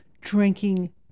drinking